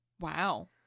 Wow